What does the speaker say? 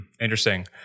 Interesting